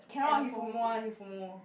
cannot he fomo one he fomo